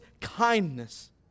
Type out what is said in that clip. kindness